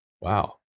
Wow